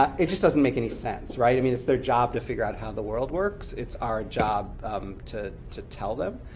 ah it just doesn't make any sense. i mean it's their job to figure out how the world works. it's our job to to tell them.